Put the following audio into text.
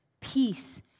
peace